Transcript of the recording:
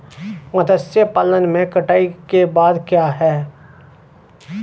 मत्स्य पालन में कटाई के बाद क्या है?